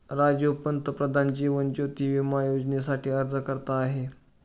राजीव पंतप्रधान जीवन ज्योती विमा योजनेसाठी अर्ज करत आहे